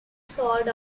sod